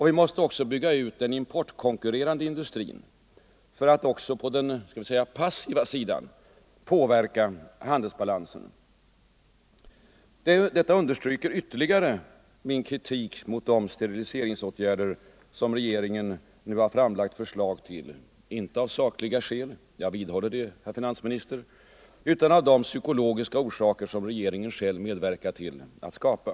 Vi måste också bygga ut den importkonkurrerande industrin för att på den så att säga passiva sidan påverka handelsbalansen. Detta understryker ytterligare min kritik mot de steriliseringsåtgärder som regeringen nu har framlagt förslag till, inte av sakliga skäl — jag vidhåller det, herr finansminister — utan av de psykologiska orsaker som regeringen själv med verkar till att skapa.